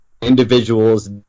individual's